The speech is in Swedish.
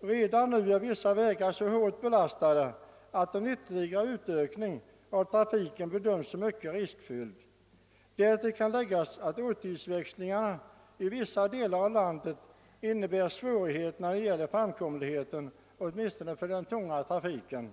Redan nu är vissa vägar så hårt belastade att en ytterligare ökning av trafiken bedöms som mycket riskfylld. Därtill kan läggas att årstidsväxlingarna i vissa delar av landet medför svårigheter när det gäller framkomligheten åtminstone för den tunga trafiken.